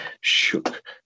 shook